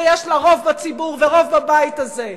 ויש לה רוב בציבור ורוב בבית הזה,